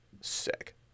Sick